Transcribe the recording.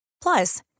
Plus